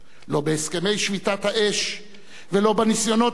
לא בהסכמי שביתת הנשק ולא בניסיונות החוזרים